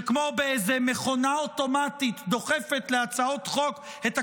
שכמו באיזה מכונה אוטומטית דוחפת להצעות חוק את הכותרות: